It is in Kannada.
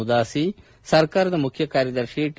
ಉದಾಸಿ ಸರ್ಕಾರದ ಮುಖ್ಯ ಕಾರ್ಯದರ್ತಿ ಟಿ